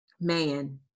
man